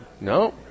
no